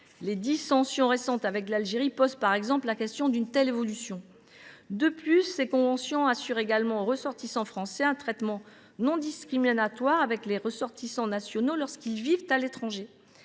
Les dissensions récentes avec l’Algérie posent, par exemple, la question d’une telle évolution. En outre, ces conventions assurent également aux ressortissants français un traitement non discriminatoire par rapport aux résidents nationaux lorsqu’ils vivent à l’étranger.